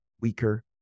weaker